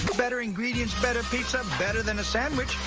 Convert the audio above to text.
better ingredients. better pizza. better than a sandwich.